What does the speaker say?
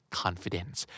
confidence